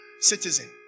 citizen